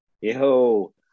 Yo